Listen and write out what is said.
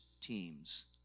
teams